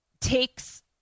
takes